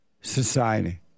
society